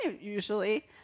usually